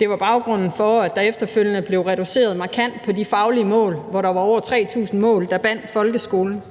Det var baggrunden for, at der efterfølgende blev reduceret markant i de faglige mål, hvor der var over 3.000 mål, der bandt folkeskolen.